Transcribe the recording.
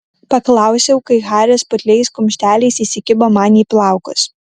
paklausiau kai haris putliais kumšteliais įsikibo man į plaukus